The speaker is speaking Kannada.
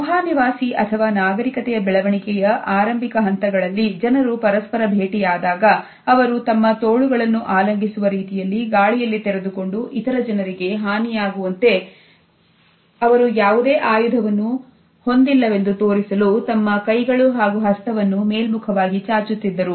ಗುಹಾ ನಿವಾಸಿ ಅಥವಾ ನಾಗರಿಕತೆಯ ಬೆಳವಣಿಗೆಯ ಆರಂಭಿಕ ಹಂತಗಳಲ್ಲಿ ಜನರು ಪರಸ್ಪರ ಭೇಟಿಯಾದಾಗ ಅವರು ತಮ್ಮ ತೋಳುಗಳನ್ನು ಆಲಂಗಿಸುವ ರೀತಿ ಗಾಳಿಯಲ್ಲಿ ತೆರೆದುಕೊಂಡು ಇತರ ಜನರಿಗೆ ಹಾನಿಯಾಗುವಂತೆ ಅವರು ಯಾವುದೇ ಆಯುಧವನ್ನು ಹೇಳಲಿಲ್ಲವೆಂದು ತೋರಿಸಲು ತಮ್ಮ ಕೈಗಳು ಹಾಗೂ ಹಸ್ತವನ್ನು ಮೇಲ್ಮುಖವಾಗಿ ಚಾಚುತ್ತಿದ್ದರು